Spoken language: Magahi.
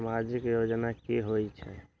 समाजिक योजना की होई छई?